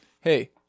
hey